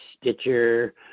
Stitcher